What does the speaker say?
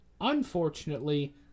Unfortunately